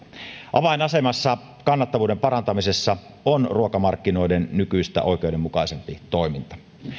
avainasemassa kannattavuuden parantamisessa on ruokamarkkinoiden nykyistä oikeudenmukaisempi toiminta